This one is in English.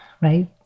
Right